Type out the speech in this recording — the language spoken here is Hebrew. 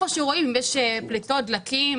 איפה שרואים פליטות, דלקים